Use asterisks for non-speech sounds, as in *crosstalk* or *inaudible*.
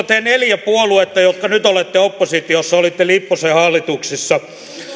*unintelligible* te neljä puoluetta jotka nyt olette oppositiossa olitte lipposen hallituksissa